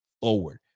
forward